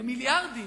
במיליארדים.